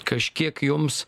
kažkiek jums